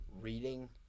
reading